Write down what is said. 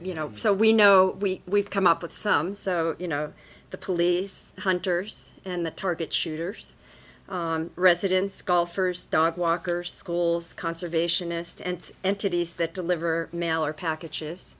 you know so we know we we've come up with some so you know the police hunters and the target shooters residents golfers dog walker schools conservationist and entities that deliver mail or packages